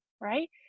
right